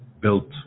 built